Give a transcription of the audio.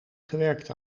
gewerkt